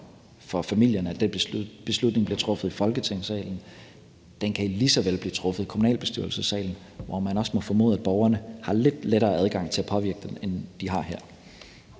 for familierne, at den beslutning bliver truffet i Folketingssalen; den kan lige så vel blive truffet i kommunalbestyrelsessalen, hvor man også må formode, at borgerne har lidt lettere adgang til at påvirke den, end de har her.